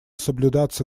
соблюдаться